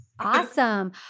Awesome